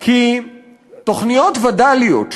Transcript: כי תוכניות וד"ליות,